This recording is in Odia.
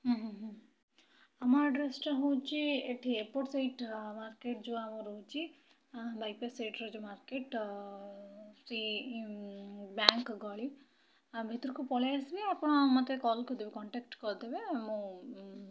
ହୁଁ ହୁଁ ହୁଁ ଆମ ଆଡ୍ରେସ୍ ଟା ହେଉଛି ଏଠି ଏପଟ ସାଇଡ଼୍ ଟା ମାର୍କେଟ୍ ଯୋଉ ଆମର ରହୁଛି ବାଇପାସ୍ ସାଇଡ଼୍ ରେ ଯୋଉ ମାର୍କେଟ୍ ସେଇ ଵ୍ୟାଙ୍କ୍ ଗଳି ଆ ଭିତରକୁ ପଳେଇ ଆସିବେ ଆପଣ ମୋତେ କଲ୍ କରିଦେବେ କନ୍ଟାକ୍ଟ୍ କରିଦେବେ ମୁଁ